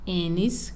anis